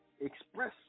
express